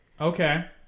Okay